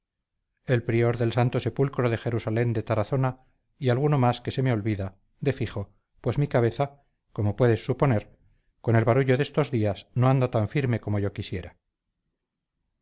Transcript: el prior del santo sepulcro de jerusalén de tarazona y alguno más que se me olvida de fijo pues mi cabeza como puedes suponer con el barullo de estos días no anda tan firme como yo quisiera